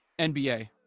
NBA